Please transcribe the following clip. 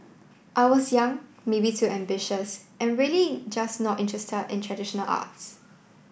I was young maybe too ambitious and really just not interested in traditional arts